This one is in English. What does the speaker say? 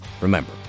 Remember